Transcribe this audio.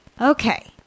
Okay